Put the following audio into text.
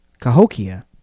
cahokia